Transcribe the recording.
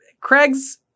craig's